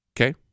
Okay